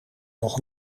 nog